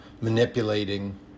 manipulating